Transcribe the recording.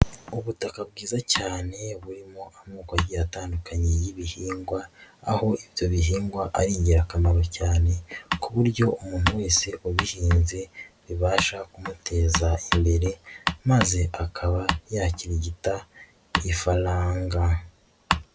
Ubutaka bwiza cyane burimo amoko agiye atandukanye y'ibihingwa, aho ibyo bihingwa ari ingirakamaro cyane ku buryo umuntu wese ubihinbye bibasha kumuteza imbere maze akaba yakirigita ifaranga.